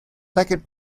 second